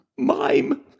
Mime